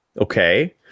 Okay